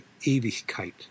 ewigkeit